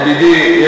ידידי,